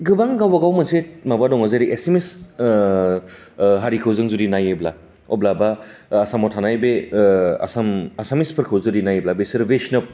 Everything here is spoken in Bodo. गोबां गावबागाव मोनसे माबा दं जेरै एसामिस हारिखौ जों जुदि नायोब्ला अब्ला बा आसामाव थानाय बे आसाम आसामिसफोरखौ जुदि नायोब्ला बिसोर बैण्षब